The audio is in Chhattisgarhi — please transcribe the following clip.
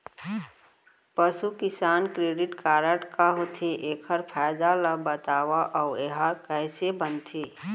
पसु किसान क्रेडिट कारड का होथे, एखर फायदा ला बतावव अऊ एहा कइसे बनथे?